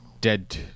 dead